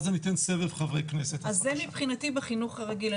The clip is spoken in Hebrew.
זה מבחינתי בחינוך הרגיל.